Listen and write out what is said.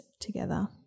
together